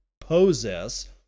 possess